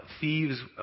thieves